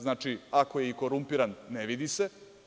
Znači, ako je i korumpiran, ne vidi se.